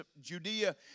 Judea